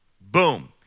boom